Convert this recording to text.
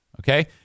Okay